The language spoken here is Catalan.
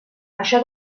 això